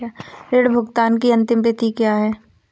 ऋण भुगतान की अंतिम तिथि क्या है?